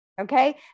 okay